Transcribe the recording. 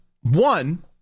One